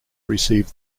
received